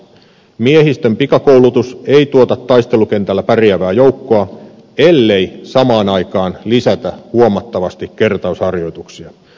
miehistön pikakoulutus ei tuota taistelukentällä pärjäävää joukkoa ellei samaan aikaan lisätä huomattavasti kertausharjoituksia